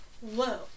Whoa